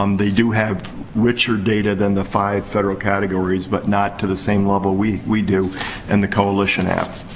um they do have richer data than the five federal categories. but not to the same level we we do and the coalition app.